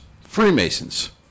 Freemasons